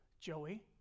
Joey